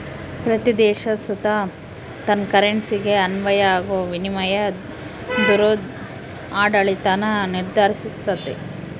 ಪ್ರತೀ ದೇಶ ಸುತ ತನ್ ಕರೆನ್ಸಿಗೆ ಅನ್ವಯ ಆಗೋ ವಿನಿಮಯ ದರುದ್ ಆಡಳಿತಾನ ನಿರ್ಧರಿಸ್ತತೆ